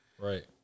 Right